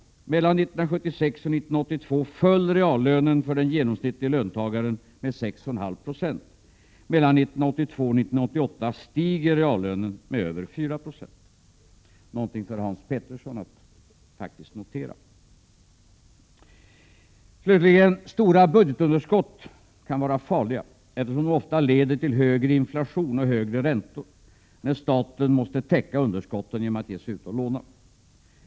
Mellan 1976 och 1982 föll reallönen för den genomsnittliga löntagaren med 6,5 20. Mellan 1982 och 1988 stiger reallönen med över 4 90 — någonting för Hans Petersson i Hallstahammar att notera. o Slutligen: Stora budgetunderskott kan vara farliga, eftersom de ofta leder till högre inflation och högre räntor, när staten måste täcka underskottet genom att ge sig ut och låna.